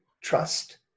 trust